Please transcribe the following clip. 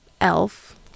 elf